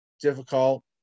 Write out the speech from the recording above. difficult